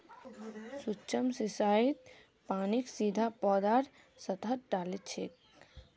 सूक्ष्म सिंचाईत पानीक सीधा पौधार सतहत डा ल छेक